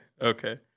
Okay